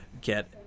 get